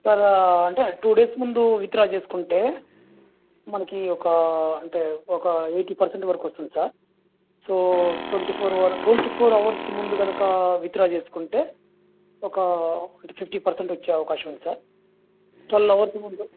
sir అంటే two days ముందు withdraw చేసుకుంటే మనకి ఒక అంటే ఒక ఎయిటీ పర్సెంట్ వరకు వస్తుంది sir so twenty four twenty four hours ముందు కనుక విత్డ్రా చేసుకుంటే ఒక ఫిఫ్టీ పర్సెంట్ వచ్చే అవకాశం ఉంది సార్ ట్వెల్వ్ అవర్స్ ముందు